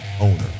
owner